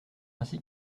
ainsi